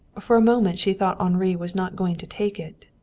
for a moment she thought henri was not going to take it.